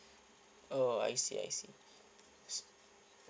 oh I see I see